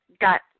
got